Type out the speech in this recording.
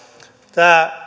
tämä